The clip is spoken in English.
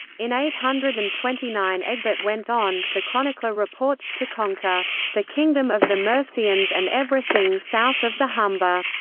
in eight hundred and twenty nine egbert went on, the chronicler reports, to conquer the kingdom of the mercians and everything south of the humber.